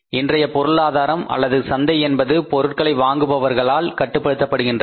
இன்றைய பொருளாதாரம் அல்லது சந்தை என்பது பொருட்களை வாங்குபவர்களாள் கட்டுப்படுத்தப்படுகின்றது